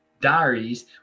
diaries